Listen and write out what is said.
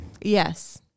Yes